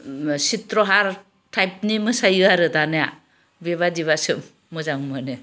सिथ्र'हार टाइपनि मोसायो आरो दानिया बेबादिब्लासो मोजां मोनो